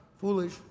foolish